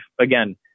again